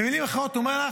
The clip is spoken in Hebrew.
במילים אחרות הוא אומר לך: